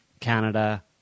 Canada